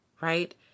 right